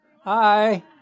Hi